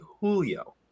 Julio